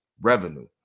revenue